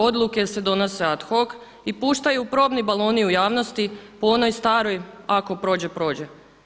Odluke se donose ad hoc i puštaju probni baloni u javnosti po onoj staroj ako prođe, prođe.